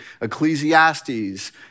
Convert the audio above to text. Ecclesiastes